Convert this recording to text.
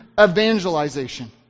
evangelization